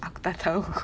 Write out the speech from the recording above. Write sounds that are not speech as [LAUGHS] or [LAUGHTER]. aku tak tahu [LAUGHS]